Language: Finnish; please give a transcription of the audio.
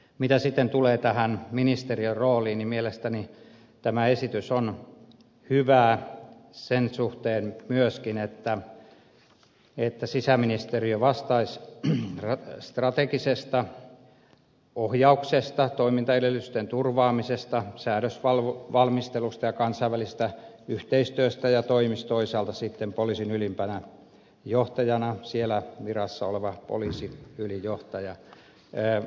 mitä sitten tulee tähän ministeriön rooliin niin mielestäni tämä esitys on hyvä sen suhteen myöskin että sisäministeriö vastaisi strategisesta ohjauksesta toimintaedellytysten turvaamisesta säädösvalmistelusta ja kansainvälisestä yhteistyöstä ja toisaalta sitten poliisin ylimpänä johtajana toimisi siellä virassa oleva poliisiylijohtaja